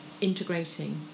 integrating